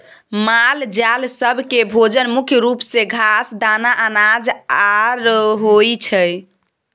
मालजाल सब केँ भोजन मुख्य रूप सँ घास, दाना, अनाज आर होइ छै